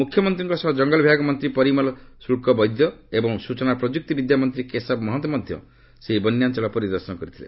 ମୁଖ୍ୟମନ୍ତ୍ରୀଙ୍କ ସହ ଜଙ୍ଗଲ ବିଭାଗ ମନ୍ତ୍ରୀ ପରିମଲ୍ ଶୁକ୍ଲବୈଦ୍ୟ ଏବଂ ସ୍ୱଚନା ଓ ପ୍ରଯୁକ୍ତିବିଦ୍ୟା ମନ୍ତ୍ରୀ କେଶବ ମହନ୍ତ ମଧ୍ୟ ଏହି ବନ୍ୟାଞ୍ଚଳ ପରିଦର୍ଶନ କରିଥିଲେ